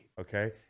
okay